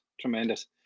Tremendous